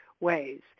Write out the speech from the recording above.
ways